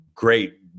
Great